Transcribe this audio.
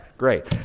Great